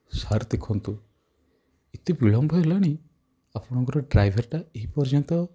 sir ଦେଖନ୍ତୁ ଏତେ ବିଳମ୍ବ ହେଲାଣି ଆପଣଙ୍କର ଡ୍ରାଇଭର୍ଟା ଏପର୍ଯ୍ୟନ୍ତ